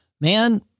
man